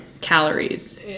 calories